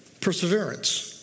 perseverance